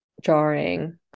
jarring